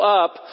up